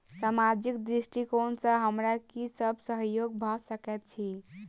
सामाजिक दृष्टिकोण सँ हमरा की सब सहयोग भऽ सकैत अछि?